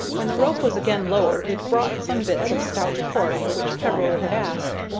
when the rope was again lowered it brought some bits of stout cord for which peveril had asked,